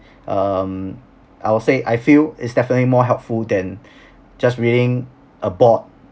um I would say I feel it's definitely more helpful than just reading a board